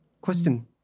question